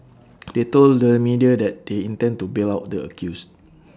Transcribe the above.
they told the media that they intend to bail out the accused